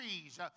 trees